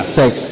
sex